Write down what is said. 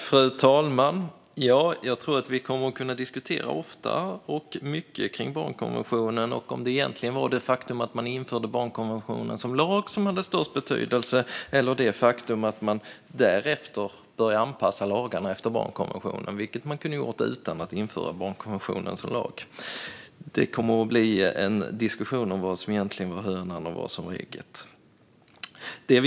Fru talman! Vi kommer nog att kunna diskutera barnkonventionen ofta och mycket och om det var det faktum att man införde barnkonventionen som lag som hade störst betydelse eller att man därefter började anpassa lagarna efter barnkonventionen. Det hade man kunnat göra utan att införa barnkonventionen som lag. Det kommer att bli en diskussion om vad som var hönan och vad som var ägget.